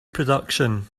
production